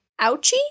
ouchie